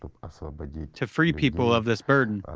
um ah so but to free people of this burden.